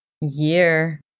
year